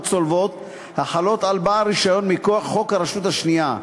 צולבות החלות על בעל רישיון מכוח חוק הרשות השנייה.